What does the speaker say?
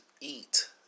eat